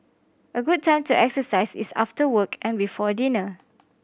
a good time to exercise is after work and before dinner